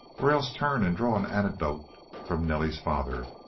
or else turn and draw an anecdote from nelly's father.